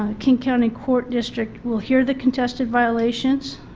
ah king county court district will hear the contested violations,